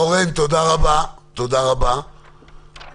תודה רבה, אורן.